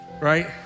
right